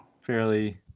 fairly